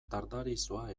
dardarizoa